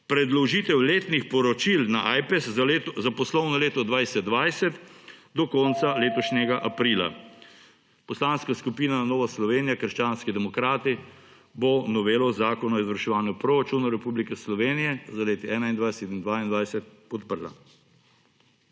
predložitev letnih poročil na Ajpes za poslovno leto 2020 do konca letošnjega aprila. Poslanska skupina Nova Slovenija – krščanski demokrati bo novelo Zakona o izvrševanju proračunov Republike Slovenije za leti 2021 in 2022 podprla.